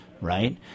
right